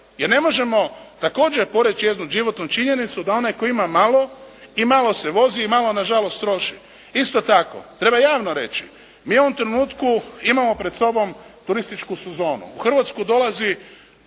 Jer ne možemo također poreći jednu životnu činjenicu da onaj koji ima malo i malo se vozi i malo nažalost troši. Isto tako treba javno reći mi u ovom trenutku imamo pred sobom turističku sezonu. U Hrvatsku dolazi